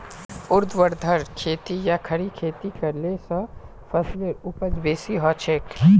ऊर्ध्वाधर खेती या खड़ी खेती करले स फसलेर उपज बेसी हछेक